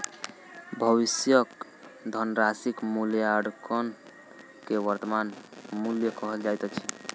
भविष्यक धनराशिक मूल्याङकन के वर्त्तमान मूल्य कहल जाइत अछि